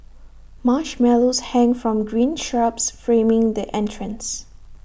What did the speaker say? marshmallows hang from green shrubs framing the entrance